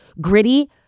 gritty